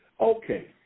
Okay